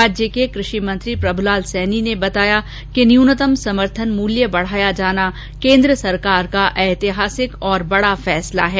राज्य के कृषि मंत्री प्रभुलाल सैनी ने बताया कि न्यूनतम समर्थन मूल्य बढाया जाना केन्द्र सरकार का ऐतिहासिक और बड़ा फैसला है